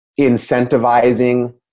incentivizing